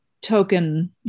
token